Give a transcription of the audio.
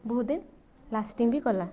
ବହୁତ ଦିନ ଲାଷ୍ଟିଙ୍ଗ୍ ବି କଲା